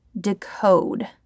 decode